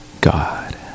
God